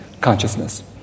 consciousness